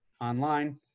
online